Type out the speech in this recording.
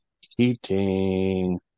heating